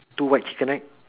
two white chicken right